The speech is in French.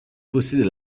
posséder